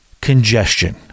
congestion